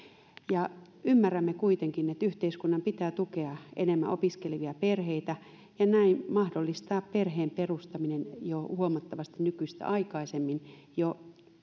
ymmärrämme kuitenkin että yhteiskunnan pitää tukea enemmän opiskelevia perheitä ja näin mahdollistaa perheen perustaminen jo huomattavasti nykyistä aikaisemmin jo